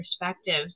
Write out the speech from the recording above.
perspectives